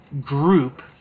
group